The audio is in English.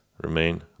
remain